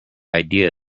idea